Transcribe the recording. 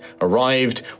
arrived